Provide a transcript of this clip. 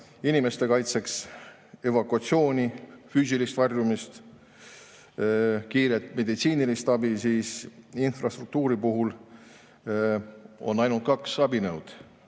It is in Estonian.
inimeste kaitseks evakuatsiooni, füüsilist varjumist, kiiret meditsiinilist abi. Infrastruktuuri puhul on ainult kaks abinõu: